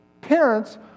Parents